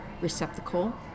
receptacle